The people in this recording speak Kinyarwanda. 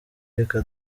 reka